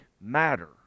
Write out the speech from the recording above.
matter